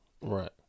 Right